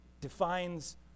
defines